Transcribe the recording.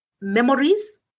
memories